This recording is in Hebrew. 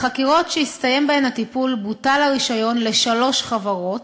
בחקירות שהסתיים הטיפול בהן בוטל הרישיון לשלוש חברות,